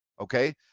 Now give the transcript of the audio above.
okay